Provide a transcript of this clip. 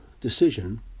decision